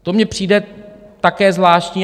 To mně přijde také zvláštní.